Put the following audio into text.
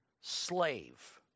slave